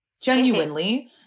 Genuinely